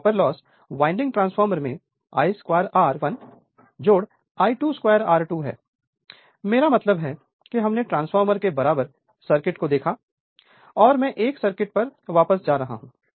तो copper loss winding transformer में I22 R1 I22 R2 हैं मेरा मतलब है कि हमने ट्रांसफार्मर के बराबर सर्किट को देखा है और मैं 1 सर्किट पर वापस जा रहा हूं